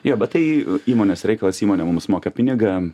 jo bet tai įmonės reikalas įmonė mums moka pinigą